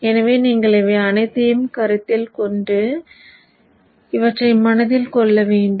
எனவே நீங்கள் இவை அனைத்தையும் கருத்தில் கொண்டு இவற்றை மனதில் கொள்ள வேண்டும்